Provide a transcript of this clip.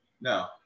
No